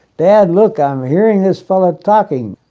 dad, look, i'm hearing this fellow talking.